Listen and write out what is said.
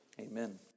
Amen